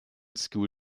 school